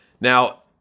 Now